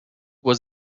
was